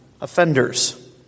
offenders